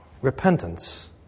Repentance